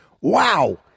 Wow